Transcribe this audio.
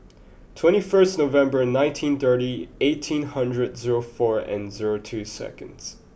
twenty first November nineteen thirty eighteen hundred zero four and zero two seconds